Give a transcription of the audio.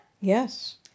Yes